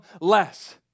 less